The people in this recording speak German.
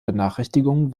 benachrichtigungen